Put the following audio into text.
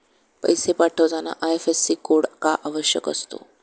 पैसे पाठवताना IFSC code का आवश्यक असतो?